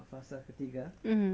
mmhmm